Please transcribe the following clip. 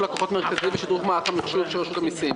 ושדרוג מערך המחשוב של רשות המסים.